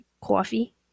coffee